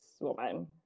woman